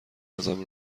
ازم